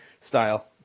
style